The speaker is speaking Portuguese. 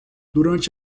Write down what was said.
durante